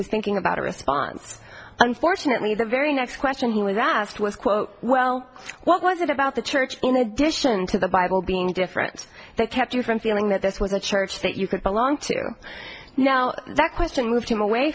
was thinking about a response unfortunately the very next question he was asked was quote well what was it about the church in addition to the bible being different that kept you from feeling that this was a church that you could belong to now that question moved him away